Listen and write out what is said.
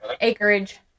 acreage